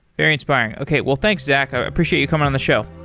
very inspiring. okay. well, thanks, zach. i appreciate you coming on the show.